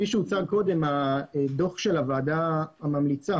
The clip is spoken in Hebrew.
כפי שהוצג קודם, דוח הוועדה הממליצה